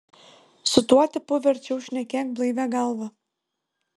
su tuo tipu verčiau šnekėk blaivia galva